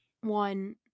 one